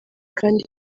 kandi